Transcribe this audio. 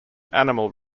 animal